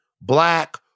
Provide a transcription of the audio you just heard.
black